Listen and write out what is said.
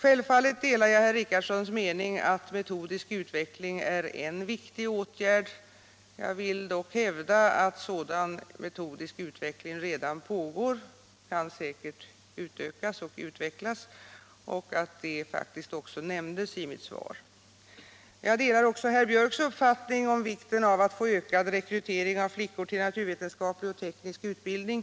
Jag delar herr Richardsons mening att metodisk utveckling är en viktig åtgärd. Jag vill dock hävda att sådan metodisk utveckling redan pågår |— den kan säkert utökas och utvecklas — och att det faktiskt nämndes Nr 125 i mitt svar. Torsdagen den rekrytering av flickor till naturvetenskaplig och teknisk utbildning.